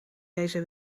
deze